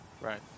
Right